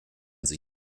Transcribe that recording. sie